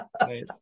Nice